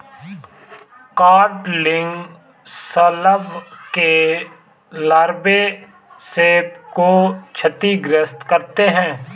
codling शलभ के लार्वे सेब को क्षतिग्रस्त करते है